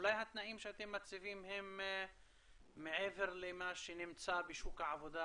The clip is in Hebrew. אולי התנאים שאתם מציבים הם מעבר למה שנמצא בשוק העבודה